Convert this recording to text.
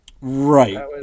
right